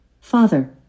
Father